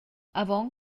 avon